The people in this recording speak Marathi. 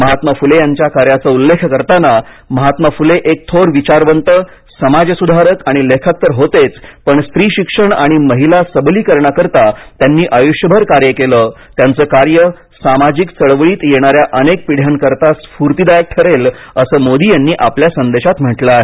महात्मा फुले यांच्या कार्याचा उल्लेख करताना महात्मा फुले एक थोर विचारवंत समाजसुधारक आणि लेखक तर होतेच पण स्त्री शिक्षण आणि महिला सबलीकरणाकरता त्यांनी आयुष्यभर कार्य केलं त्यांचं कार्य सामाजिक चळवळीत येणाऱ्या अनेक पिढ्यांकरिता स्फूर्तीदायक ठरेल असं मोदी यांनी आपल्या संदेशात म्हटलं आहे